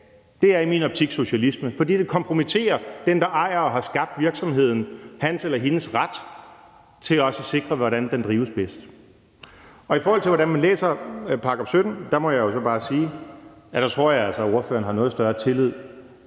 Det er i min optik socialisme, for det kompromitterer retten for den, der ejer og har skabt virksomheden, til også at sikre, at den drives bedst. I forhold til hvordan man læser § 17, må jeg jo så bare sige, at der tror jeg altså, at ordføreren har noget større tillid